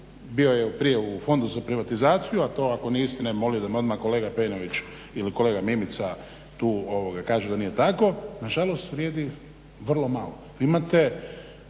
bio je prije u Fondu za privatizaciju a to ako nije istina ja bih molio da me odmah kolega Pejnović ili kolega Mimica tu kažu da nije tako, nažalost vrijedi vrlo malo. Vi imate